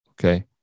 okay